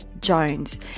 Jones